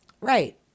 Right